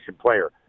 player